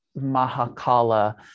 mahakala